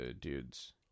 dudes